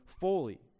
fully